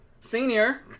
Senior